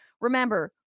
Remember